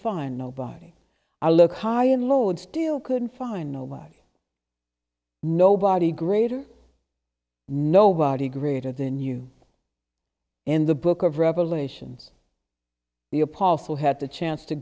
find nobody i look high in loads still couldn't find nobody nobody greater nobody greater than you in the book of revelations the apostle had the chance to